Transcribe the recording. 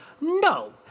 no